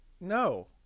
No